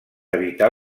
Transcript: evitar